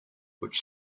which